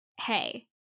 hey